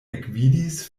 ekvidis